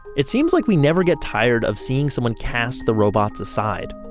it seems like we never get tired of seeing someone cast the robots aside.